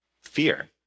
fear